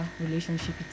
relationship